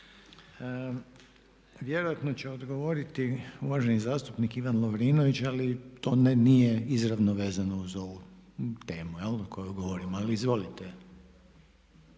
Vjerojatno će odgovoriti uvaženi zastupnik Ivan Lovrinović ali to nije izravno vezano uz ovu temu o kojoj govorimo ali izvolite.